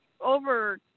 over